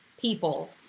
people